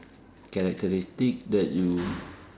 characteristic that you